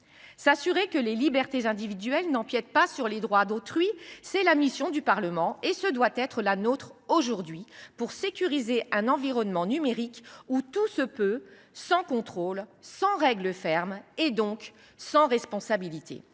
S’assurer que les libertés individuelles n’empiètent pas sur les droits d’autrui, c’est la mission du Parlement, et ce doit être la nôtre aujourd’hui, pour sécuriser un environnement numérique où tout se peut, sans contrôle, sans règle ferme et donc sans responsabilité.